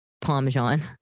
Parmesan